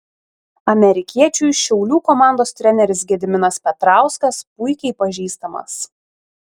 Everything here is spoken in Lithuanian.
amerikiečiui šiaulių komandos treneris gediminas petrauskas puikiai pažįstamas